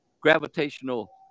gravitational